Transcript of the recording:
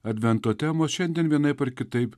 advento temos šiandien vienaip ar kitaip